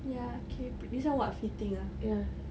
ya okay pre~ this [one] what fitting ah